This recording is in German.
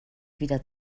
wieder